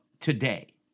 today